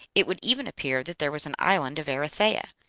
it would even appear that there was an island of erythea.